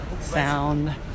sound